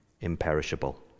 imperishable